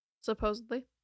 Supposedly